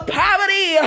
poverty